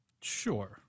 sure